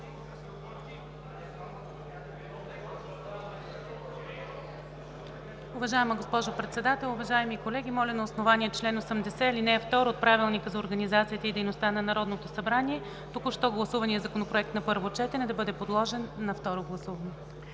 Уважаема госпожо Председател, уважаеми колеги! Моля на основание чл. 80, ал. 2 от Правилника за организацията и дейността на Народното събрание току-що гласуваният законопроект на първо четене да бъде подложен на второ гласуване.